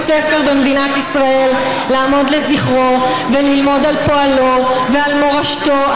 ספר במדינת ישראל לעמוד לזכרו וללמוד על פועלו ועל מורשתו.